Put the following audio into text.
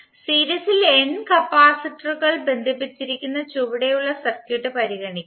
സീരീസിൽ n കപ്പാസിറ്ററുകൾ ബന്ധിപ്പിച്ചിരിക്കുന്ന ചുവടെയുള്ള സർക്യൂട്ട് പരിഗണിക്കുക